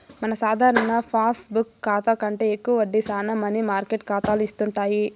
మన సాధారణ పాస్బుక్ కాతా కంటే ఎక్కువ వడ్డీ శానా మనీ మార్కెట్ కాతాలు ఇస్తుండాయి